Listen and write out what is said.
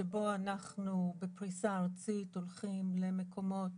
שבו אנחנו בפריסה ארצית הולכים למקומות